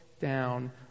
down